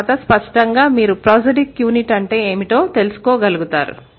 తరువాత స్పష్టంగా మీరు ప్రోసోడిక్ యూనిట్ అంటే ఏమిటో తెలుసుకోగలుగుతారు